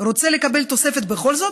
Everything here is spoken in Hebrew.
רוצה לקבל תוספת בכל זאת?